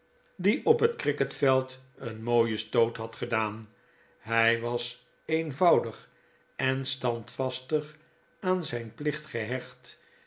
die op het cricket veld een mooien stoot had gedaan hy was eenvoudig en standvastig aan zyn plicht gehecht